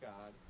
God